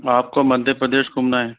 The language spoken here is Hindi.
आपको मध्य प्रदेश घूमना है